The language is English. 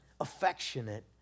affectionate